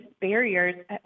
barriers